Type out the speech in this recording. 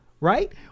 Right